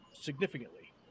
significantly